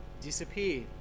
disappeared